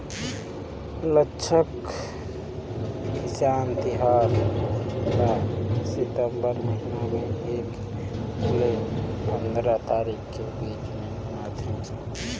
लद्दाख किसान तिहार ल सितंबर महिना में एक ले पंदरा तारीख के बीच में मनाथे